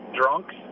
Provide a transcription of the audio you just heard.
drunks